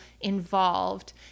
involved